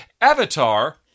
Avatar